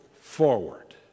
forward